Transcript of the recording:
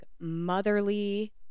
motherly